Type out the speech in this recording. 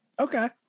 Okay